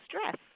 stress